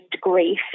grief